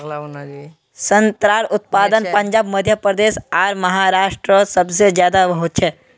संत्रार उत्पादन पंजाब मध्य प्रदेश आर महाराष्टरोत सबसे ज्यादा होचे